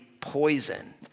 poison